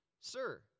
Sir